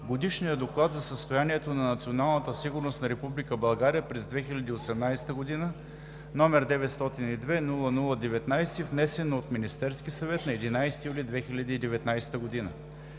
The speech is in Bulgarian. Годишния доклад за състоянието на националната сигурност на Република България през 2018 г., № 902-00-19, внесен от Министерския съвет на 11 юли 2019 г.